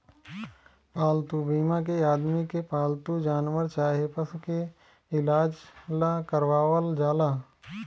पालतू बीमा के आदमी के पालतू जानवर चाहे पशु के इलाज ला करावल जाला